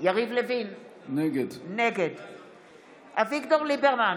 יריב לוין, נגד אביגדור ליברמן,